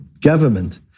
government